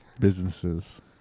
Businesses